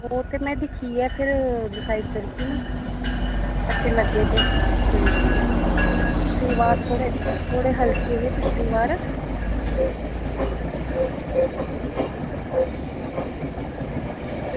ओह् ते फिर में दिक्खियै फिर डिसाईड करगी ना अच्छे लग्गे ते अंजी पिच्छली बार थोह्ड़े हल्के हे पिच्छली बार